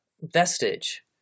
vestige